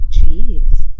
Jeez